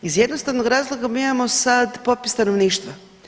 Iz jednostavnog razloga mi imamo sada popis stanovništva.